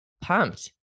pumped